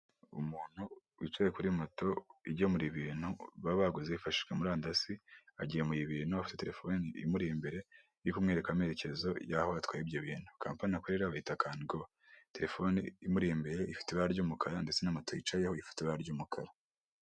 Umuntu wicaye kuri moto igemura ibintu baba baguze bifashishijwe murandasi, bagemuye ibintu ibintu afite telefone imuri imbere yo kumwereka amerekezo y'aho atwaye ibyo bintu, kampani akorera yitwa kani go, telefone imuri imbereye ifite ibara ry'umukara ndetse na moto, yicayeho ifite, ibara ry'umukara.